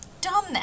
dumb